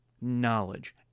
knowledge